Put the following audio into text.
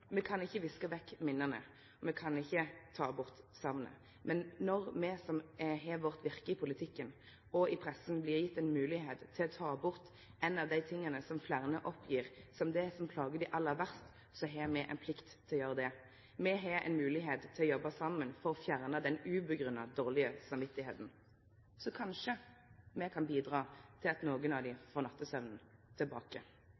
me kan ikkje viske vekk minna, og me kan ikkje ta bort saknet, men når me som har vårt virke i politikken, og pressa, vert gjevne ei moglegheit til å ta bort noko av det som fleire oppgjev som det som plagar dei aller verst, har me ei plikt til å gjere det. Me har ei moglegheit til å jobbe saman for å fjerne dette ugrunna dårlege samvitet. Så kanskje me kan bidra til at nokon av